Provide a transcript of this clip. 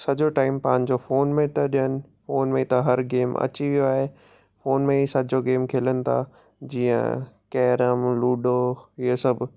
सॼो टाइम पंहिंजो फ़ोन में था ॾियनि फ़ोन में त हर गेम अची वियो आहे फ़ोन में ई सॼो गेम खेलनि था जीअं कैरम लूडो इअं सभु